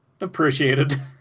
Appreciated